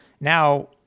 Now